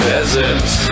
Peasants